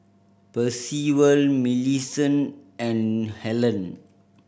Percival Millicent and Hellen